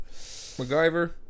MacGyver